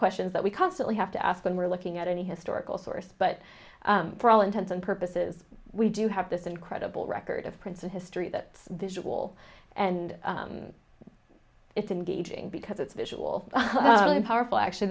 questions that we constantly have to ask when we're looking at any historical source but for all intents and purposes we do have this incredible record of prince and history that visual and it's engaging because it's visual powerful actually